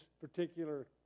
particular